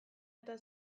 eta